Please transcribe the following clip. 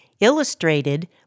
illustrated